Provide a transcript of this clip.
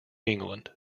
england